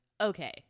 okay